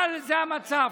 אבל זה המצב.